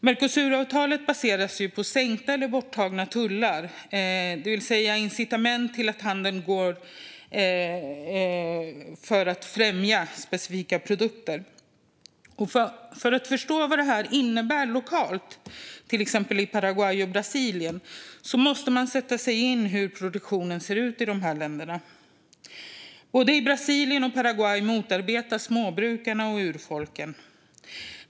Mercosuravtalet baseras på sänkta eller borttagna tullar, vilket är ett incitament till handeln att främja specifika produkter. För att förstå vad det här innebär lokalt i till exempel Paraguay och Brasilien måste man sätta sig in i hur produktionen ser ut i de länderna. Både i Brasilien och i Paraguay motarbetas småbrukarna och urfolken.